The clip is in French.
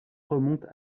remonte